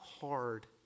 hard